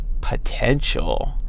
potential